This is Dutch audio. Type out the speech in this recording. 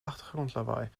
achtergrondlawaai